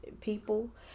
people